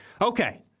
Okay